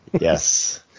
Yes